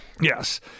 Yes